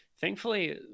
Thankfully